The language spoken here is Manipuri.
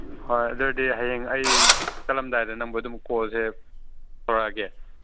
ꯍꯣꯏ ꯑꯗꯨ ꯑꯣꯏꯔꯗꯤ ꯍꯌꯦꯡ ꯑꯩ ꯆꯠꯂꯝꯗꯥꯏꯗ ꯅꯪꯕꯨ ꯑꯗꯨꯝ ꯀꯣꯜꯁꯦ ꯇꯧꯔꯛꯑꯒꯦ